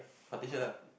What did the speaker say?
partition ah